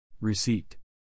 receipt